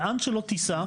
לאן שלא תיסע.